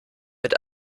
mit